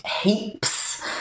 Heaps